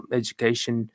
education